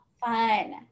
Fun